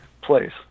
place